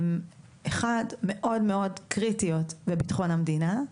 אחת, הן מאוד מאוד קריטיות לביטחון המדינה.